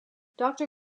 doctor